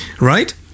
right